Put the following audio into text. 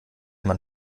man